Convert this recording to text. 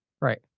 Right